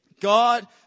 God